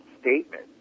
statement